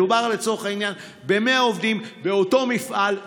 מדובר לצורך העניין ב-100 עובדים באותו מפעל,